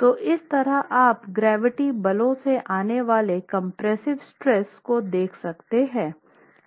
तो इस तरह आप गुरुत्वाकर्षण बलों से आने वाले कंप्रेसिव स्ट्रेस को देख सकते हैं